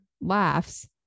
laughs